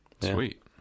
sweet